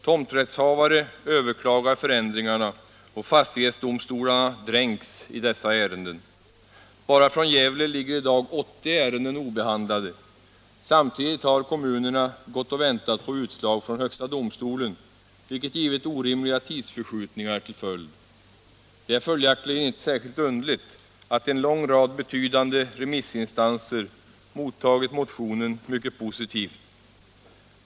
Tomträttshavare överklagar förändringarna och fastighetsdomstolarna dränks i dessa ärenden. Bara från Gävle ligger i dag 80 ärenden obehandlade. Samtidigt har kommunerna gått och väntat på utslag från högsta domstolen, vilket lett till orimliga tidsförskjutningar. Det är följaktligen inte särskilt underligt att en lång rad betydande remissinstanser mottagit motionen mycket positivt.